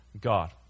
God